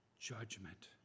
judgment